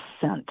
sent